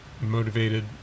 motivated